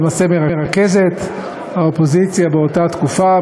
או למעשה מרכזת האופוזיציה באותה תקופה,